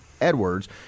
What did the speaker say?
Edwards